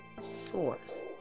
source